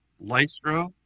Lystra